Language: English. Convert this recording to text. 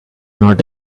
not